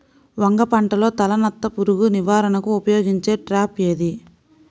వంగ పంటలో తలనత్త పురుగు నివారణకు ఉపయోగించే ట్రాప్ ఏది?